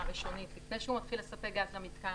הראשונית לפני שהוא מתחיל לספק גז למתקן.